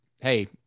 Hey